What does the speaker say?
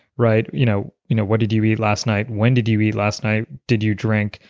right? you know you know what did you eat last night? when did you eat last night? did you drink?